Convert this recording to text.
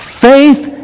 Faith